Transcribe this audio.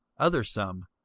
other some,